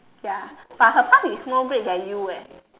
ya but her path is more great than you eh